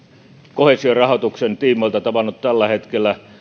koheesiorahoituksen tiimoilta tavannut tällä hetkellä